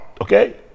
okay